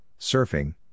surfing